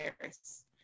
Paris